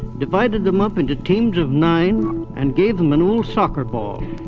divided them up into teams of nine and gave them an old soccer ball.